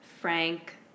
frank